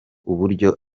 uburyo